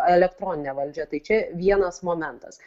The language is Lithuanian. elektroninė valdžia tai čia vienas momentas